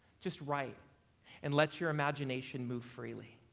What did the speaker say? just write and let your imagination move freely.